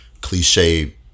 cliche